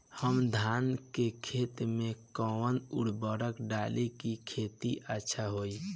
हम धान के खेत में कवन उर्वरक डाली कि खेती अच्छा होई?